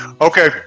okay